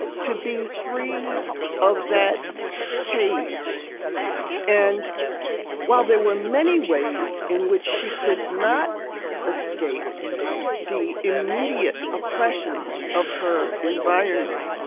to be free of that cage and while there were many ways in which she could not escape the immediate oppressions of her environment,